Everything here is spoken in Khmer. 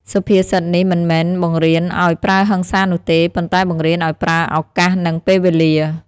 សុភាសិតនេះមិនមែនបង្រៀនឱ្យប្រើហិង្សានោះទេ ប៉ុន្តែបង្រៀនឱ្យប្រើ «ឱកាស» និង «ពេលវេលា»។